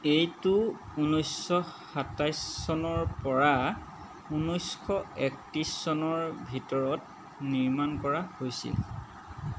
এইটো ঊনৈছশ সাতাইছ চনৰ পৰা ঊনৈছশ একত্ৰিশ চনৰ ভিতৰত নিৰ্মাণ কৰা হৈছিল